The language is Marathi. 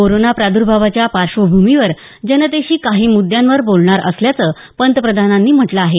कोरोना प्रादर्भावाच्या पार्श्वभूमीवर जनतेशी काही मुद्यांवर बोलणार असल्याचं पंतप्रधानांनी म्हटलं आहे